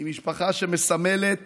היא משפחה שמסמלת